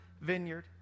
vineyard